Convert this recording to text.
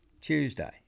Tuesday